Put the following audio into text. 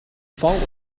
vault